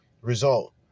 result